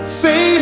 say